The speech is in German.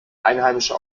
einheimische